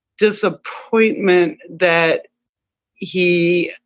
disappointment that he